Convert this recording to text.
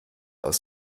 aus